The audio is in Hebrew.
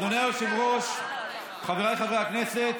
אדוני היושב-ראש, חבריי חברי הכנסת,